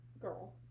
Girl